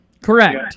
Correct